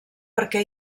perquè